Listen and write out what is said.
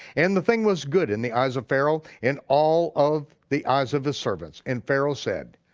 and the thing was good in the eyes of pharaoh, and all of the eyes of the servants, and pharaoh said,